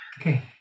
Okay